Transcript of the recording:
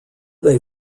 they